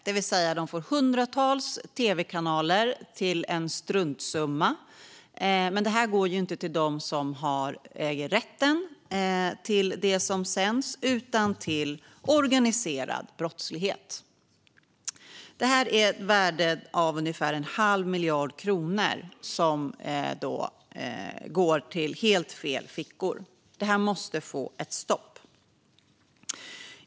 Det vill säga att de får hundratals tv-kanaler för en struntsumma. Men de som tjänar på detta är inte de som äger rätten till det som sänds utan organiserad brottslighet. Det är ett värde av ungefär en halv miljard kronor som går i helt fel fickor. Detta måste få ett stopp.